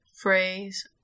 phrase